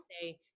say